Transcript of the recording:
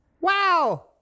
Wow